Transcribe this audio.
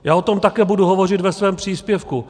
Já o tom také budu hovořit ve svém příspěvku.